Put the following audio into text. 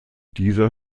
dieser